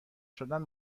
شدن